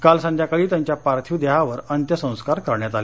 काल संध्याकाळी त्यांच्या पार्थिव देहावर अंत्यसंस्कार करण्यात आले